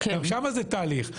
גם שם זה תהליך.